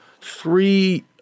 three –